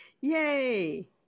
Yay